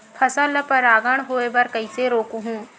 फसल ल परागण होय बर कइसे रोकहु?